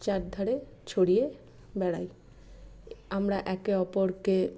চারধারে ছড়িয়ে বেড়াই আমরা একে অপরকে